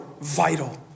vital